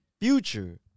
Future